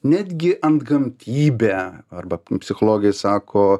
netgi antgamtybę arba psichologai sako